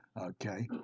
Okay